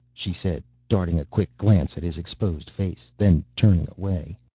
she said, darting a quick glance at his exposed face, then turning away.